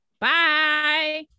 bye